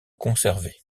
conserver